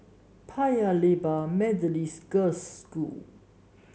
Paya Lebar Methodist Girls' School